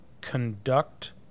conduct